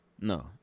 No